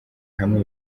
hamwe